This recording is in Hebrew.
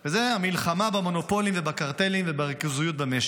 וזה המלחמה במונופולים ובקרטלים ובריכוזיות במשק.